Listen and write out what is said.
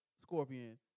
Scorpion